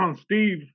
Steve